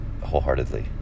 wholeheartedly